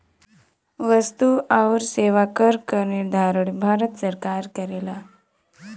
वस्तु आउर सेवा कर क निर्धारण भारत सरकार करेला